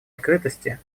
открытости